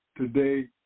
today